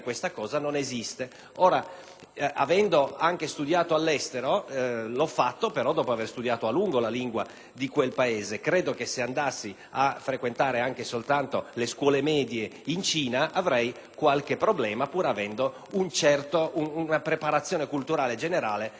io ho studiato anche all'estero, ma l'ho fatto dopo aver studiato a lungo la lingua del Paese in cui mi trovavo. Credo che se andassi a frequentare anche soltanto le scuole medie in Cina avrei qualche problema, pur avendo una preparazione culturale generale quantomeno discreta.